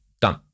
Done